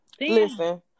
Listen